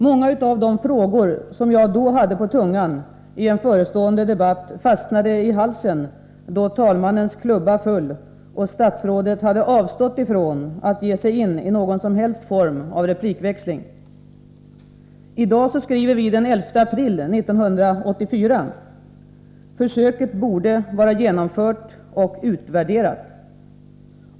Många av de frågor jag då hade på tungan inför en förestående debatt fastnade i halsen, då talmannens klubba föll och statsrådet hade avstått från att ge sig in i någon som helst form av replikväxling. I dag skriver vi den 11 april 1984. Försöket borde vara genomfört och utvärderat.